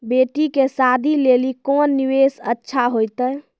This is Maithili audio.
बेटी के शादी लेली कोंन निवेश अच्छा होइतै?